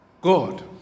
God